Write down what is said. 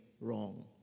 wrong